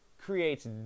creates